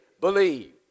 believe